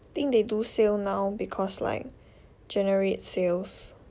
I think they do sale now because like generate sales